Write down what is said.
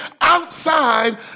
outside